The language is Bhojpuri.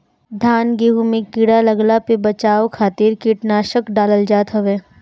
धान गेंहू में कीड़ा लागला पे बचाव खातिर कीटनाशक डालल जात हवे